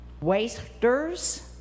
Wasters